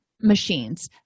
machines